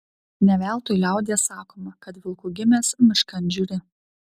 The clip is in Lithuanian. ne veltui liaudies sakoma kad vilku gimęs miškan žiūri